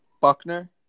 Buckner